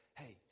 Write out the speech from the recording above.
hey